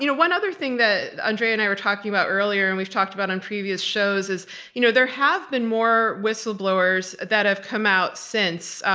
you know one other thing that andrea and i were talking about earlier and we've talked about on previous shows, is you know there have been more whistleblowers that have come out since.